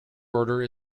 order